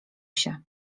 się